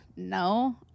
No